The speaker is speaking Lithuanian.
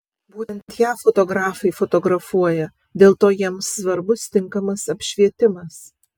būtent ją fotografai fotografuoja dėl to jiems svarbus tinkamas apšvietimas